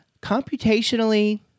computationally